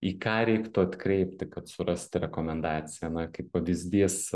į ką reiktų atkreipti kad surasti rekomendaciją na kaip pavyzdys